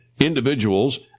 Individuals